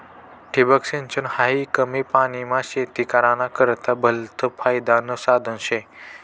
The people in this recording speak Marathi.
ठिबक सिंचन हायी कमी पानीमा शेती कराना करता भलतं फायदानं साधन शे